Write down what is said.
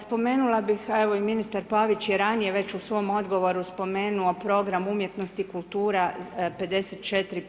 Spomenula bih, a evo i ministar Pavić je ranije veću svom odgovoru spomenuo program umjetnosti i kultura 54